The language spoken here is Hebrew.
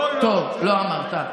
לא, טוב, לא אמרת.